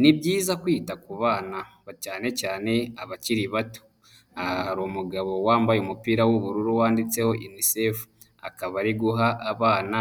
Ni byiza kwita k'ubana cyane cyane abakiri bato. Aha hari umugabo wambaye umupira w'ubururu wanditseho UNICEF. Akaba ari guha abana